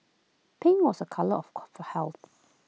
pink was A colour of course of health